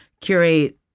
curate